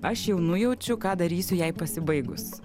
aš jau nujaučiu ką darysiu jai pasibaigus